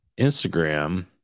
Instagram